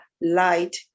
light